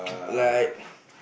like